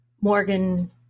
Morgan